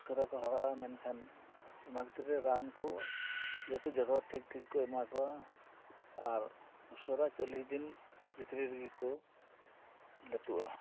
ᱩᱥᱟᱹᱨᱟ ᱠᱚ ᱦᱟᱨᱟᱜᱼᱟ ᱢᱮᱱᱠᱷᱟᱱ ᱚᱱᱟ ᱵᱷᱤᱛᱨᱤ ᱨᱮ ᱨᱟᱱ ᱠᱚ ᱡᱟᱦᱟᱸ ᱠᱚ ᱮᱢᱟ ᱠᱚᱣᱟ ᱟᱨ ᱩᱥᱟᱹᱨᱟ ᱪᱚᱞᱤᱥ ᱫᱤᱱ ᱵᱷᱤᱛᱨᱤ ᱨᱮᱜᱮ ᱠᱚ ᱞᱟᱹᱴᱩᱜᱼᱟ